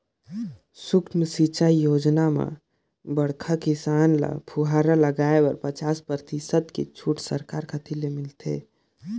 सुक्ष्म सिंचई योजना म बड़खा किसान ल फुहरा लगाए बर पचास परतिसत के छूट सरकार कति ले मिलथे